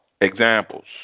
Examples